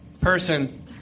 person